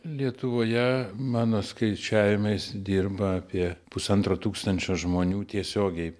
lietuvoje mano skaičiavimais dirba apie pusantro tūkstančio žmonių tiesiogiai